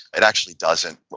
it actually doesn't.